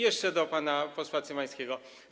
Jeszcze do pana posła Cymańskiego.